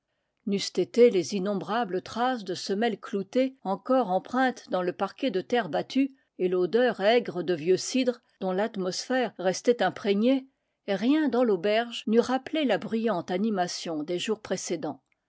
été les innombrables traces de semelles clou tées encore empreintes dans le parquet de terre battue et l'odeur aigre de vi ux cidre dont l'atmosphère restait impré gnée rien dans l'auberge n'eût rappelé la bruyante anima tion des jours précédants